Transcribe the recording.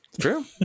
true